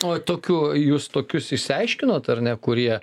o tokių jūs tokius išsiaiškinot ar ne kurie